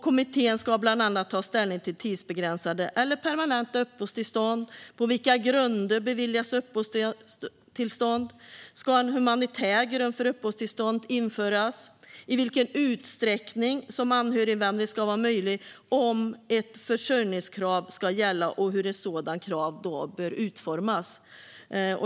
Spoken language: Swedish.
Kommittén ska bland annat ta ställning till frågor om tidsbegränsade eller permanenta uppehållstillstånd, på vilka grunder uppehållstillstånd ska beviljas, om en humanitär grund för uppehållstillstånd ska införas, i vilken utsträckning anhöriginvandring ska vara möjlig och om ett försörjningskrav ska gälla och hur i så fall ett sådant krav bör utformas.